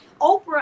Oprah